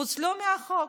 פוצלו מהחוק.